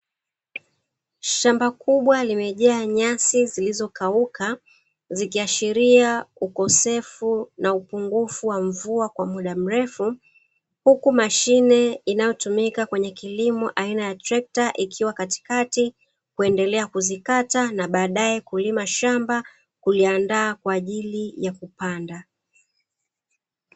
Shamba kubwa limejaa nyasi zilizokauka zikiashiria ukosefu na upungufu wa mvua kwa muda mrefu, huku mashine inayotumika kwenye kilimo aina ya trekta ikiwa katikati kuendelea kuzikata na baadae kulima shamba kuliandaa kwa ajili ya kupanda.